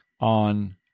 on